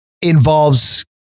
involves